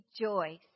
rejoice